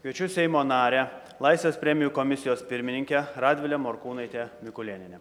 kviečiu seimo narę laisvės premijų komisijos pirmininkę radvilę morkūnaitę mikulėnienę